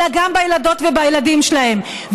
אלא גם בילדות ובילדים שלהם,